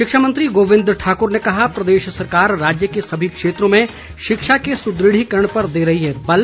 शिक्षा मंत्री गोविंद ठाकुर ने कहा प्रदेश सरकार राज्य के सभी क्षेत्रों में शिक्षा के सुदृढ़ीकरण पर दे रही है बल